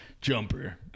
Jumper